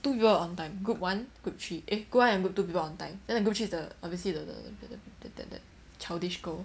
two people were on time group one group three eh group one and group two people on time then the group three is obviously the the the the the the that childish girl